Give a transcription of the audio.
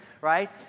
right